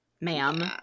ma'am